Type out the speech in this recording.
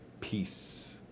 Peace